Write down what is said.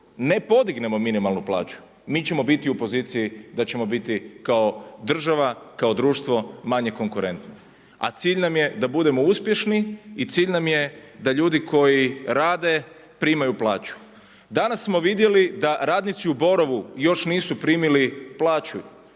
ne podignemo minimalnu plaću, mi ćemo biti u poziciji da ćemo biti kao država, kao društvo manje konkurentno. A cilj nam je da budemo uspješni i cilj nam je da ljudi koji rade primaju plaću. Danas smo vidjeli da radnici u Borovu još nisu primili plaću